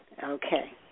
Okay